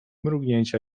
mrugnięcia